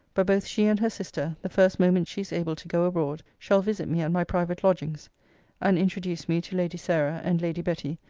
but both she and her sister, the first moment she is able to go abroad, shall visit me at my private lodgings and introduce me to lady sarah and lady betty,